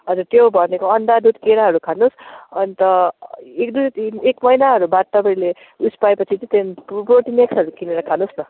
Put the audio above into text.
अन्त त्यो भनेको अन्डा दुध केराहरू खानुहोस् अन्त एक दुई दिन एक महिनाहरू बाद तपाईँले उस पाए पछि चाहिँ त्यहाँदेखि प्रोटिन एक्स किनेर खानुहोस् न